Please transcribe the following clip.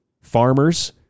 farmers